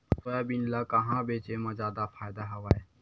Soybean ल कहां बेचे म जादा फ़ायदा हवय?